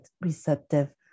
receptive